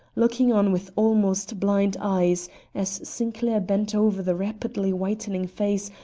looking on with almost blind eyes as sinclair bent over the rapidly whitening face,